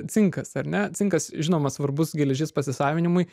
cinkas ar ne cinkas žinoma svarbus geležies pasisavinimui